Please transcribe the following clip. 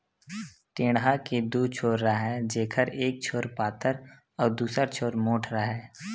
टेंड़ा के दू छोर राहय जेखर एक छोर पातर अउ दूसर छोर मोंठ राहय